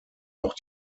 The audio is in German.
auch